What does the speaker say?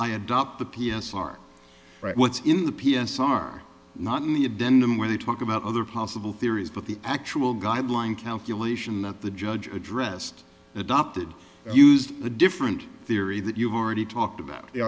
i adopt the p s r right what's in the p s r not really a denim where they talk about other possible theories but the actual guideline calculation that the judge addressed adopted used a different theory that you've already talked about the